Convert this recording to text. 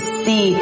see